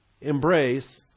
embrace